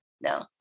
no